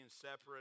separate